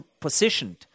positioned